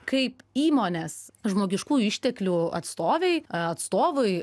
kaip įmonės žmogiškųjų išteklių atstovei atstovui